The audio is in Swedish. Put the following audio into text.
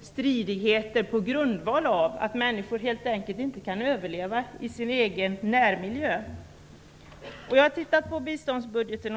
stridigheter på grundval av att människor helt enkelt inte kan överleva i sin egen närmiljö. Jag har tittat på biståndsbudgeten.